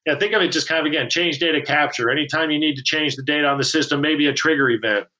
and think of it just kind of, again, change data capture. anytime you need to change the date on the system, maybe a trigger event,